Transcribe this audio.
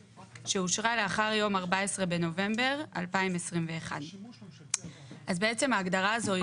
שאושרה לאחר יום 14 בנובמבר 2021". אז בעצם ההגדרה הזו היא